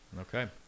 Okay